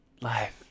Life